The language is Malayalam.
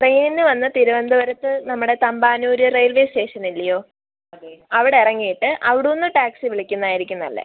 ട്രെയിന് വന്ന് തിരുവനന്തപുരത്ത് നമ്മുടെ തമ്പാനൂര് റെയിൽവേ സ്റ്റേഷനില്ലേ അവിടെ ഇറങ്ങിയിട്ട് അവിടെ നിന്ന് ടാക്സി വിളിക്കുന്നായിരിക്കും നല്ലത്